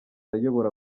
ayobora